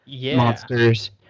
monsters